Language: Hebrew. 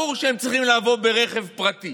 ברור שהם צריכים לבוא ברכב פרטי.